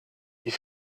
die